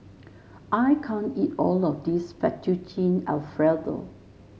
I can't eat all of this Fettuccine Alfredo